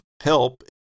help